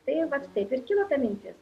tai vat taip ir kilo mintis